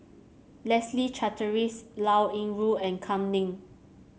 Leslie Charteris Liao Yingru and Kam Ning